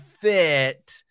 fit